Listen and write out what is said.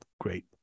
great